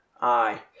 Aye